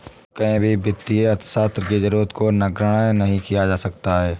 कहीं भी वित्तीय अर्थशास्त्र की जरूरत को नगण्य नहीं किया जा सकता है